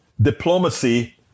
diplomacy